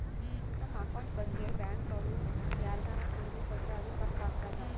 ನಮ್ ಅಕೌಂಟ್ ಬಗ್ಗೆ ಬ್ಯಾಂಕ್ ಅವ್ರು ಯಾರ್ಗಾನ ಸುಳಿವು ಕೊಟ್ರ ಅದು ತಪ್ ಆಗ್ತದ